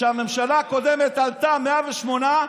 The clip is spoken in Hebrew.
הממשלה הקודמת עלתה 108,